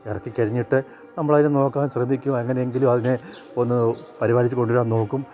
ഇറക്കി കഴിഞ്ഞിട്ട് നമ്മൾ അതിനെ നോക്കാൻ ശ്രമിക്കും എങ്ങനെയെങ്കിലും അതിനെ ഒന്ന് പരിപാലിച്ചു കൊണ്ടു വരാൻ നോക്കും